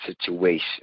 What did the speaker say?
situation